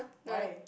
why